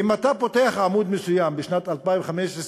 אם אתה פותח עמוד מסוים בתקציב שנת 2015,